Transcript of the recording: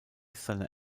seine